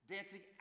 Dancing